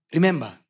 Remember